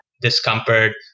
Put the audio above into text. discomfort